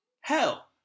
Hell